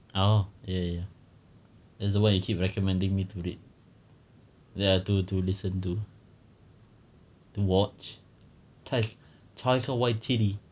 oh ya ya it's the why you keep recommending me to read ya to to listen to to watch title taika waititi